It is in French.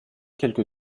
quelque